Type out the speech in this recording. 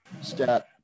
step